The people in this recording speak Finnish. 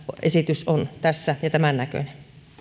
esitys on tässä ja tämän näköinen